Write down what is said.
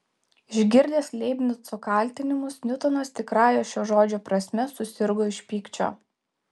išgirdęs leibnico kaltinimus niutonas tikrąja šio žodžio prasme susirgo iš pykčio